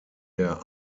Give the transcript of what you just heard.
der